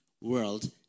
world